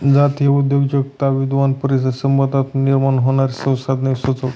जातीय उद्योजकता विद्वान परस्पर संबंधांमधून निर्माण होणारी संसाधने सुचवतात